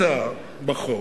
הצעה בחוק,